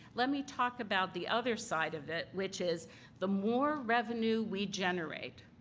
let me talk about the other side of it which is the more revenue we generate,